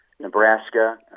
Nebraska